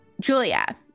Julia